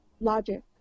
logic